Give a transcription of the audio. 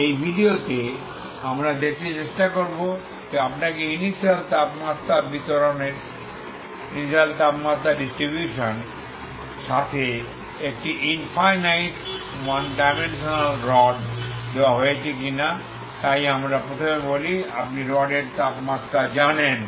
এই ভিডিওতে আমরা দেখতে চেষ্টা করব যে আপনাকে ইনিশিয়াল তাপমাত্রা বিতরণের সাথে একটি ইনফাইনাইট ওয়ান ডাইমেনশনাল রড দেওয়া হয়েছে কিনা তাই আমরা প্রথমে বলি আপনি রডের তাপমাত্রা জানেন